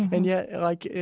and yet, like,